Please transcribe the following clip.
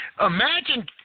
Imagine